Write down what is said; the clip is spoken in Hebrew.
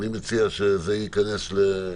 מציע שנחשוב על זה.